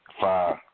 Five